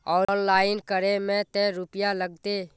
Online करे में ते रुपया लगते?